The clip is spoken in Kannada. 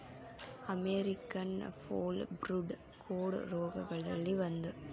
ಅಮೇರಿಕನ್ ಫೋಲಬ್ರೂಡ್ ಕೋಡ ರೋಗಗಳಲ್ಲಿ ಒಂದ